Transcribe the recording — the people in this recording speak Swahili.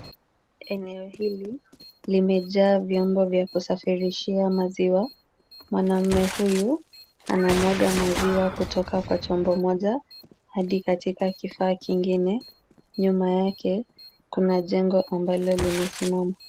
Eneo hili, limejaa vyombo vya kusafirishia maziwa. Mwanamme huyu anamwaga maziwa kutoka kwa chombo moja hadi katika kifaa kingine. Nyuma yake kuna jengo ambalo limesimama.